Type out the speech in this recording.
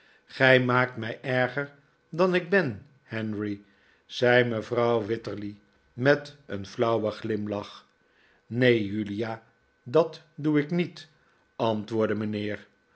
gij niaakt mij erger dan ik ben henry zei mevrouw wititterly met een flauwen glimlach neen julia dat doe ik niet antwoordde mijnheer